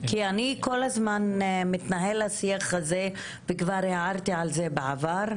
כי כל הזמן מתנהל השיח הזה וכבר הערתי על זה בעבר.